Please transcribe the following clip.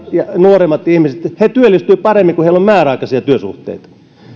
nuoremmat ihmiset työllistyvät paremmin kun heillä on määräaikaisia työsuhteita